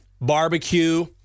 barbecue –